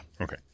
Okay